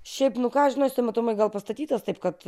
šiaip ką žinau jisai matomai gal pastatytas taip kad